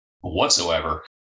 whatsoever